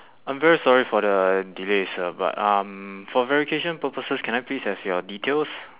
I'm very sorry for the delay sir but um for verification purposes can I please have your details